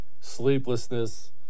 Sleeplessness